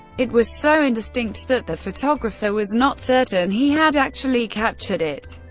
it was so indistinct that the photographer was not certain he had actually captured it.